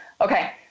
Okay